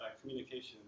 communication